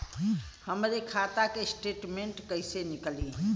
हमरे खाता के स्टेटमेंट कइसे निकली?